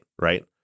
right